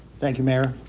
thank you, mayor.